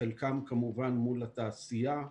חלקם כמובן מול התעשייה,